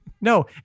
No